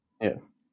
Yes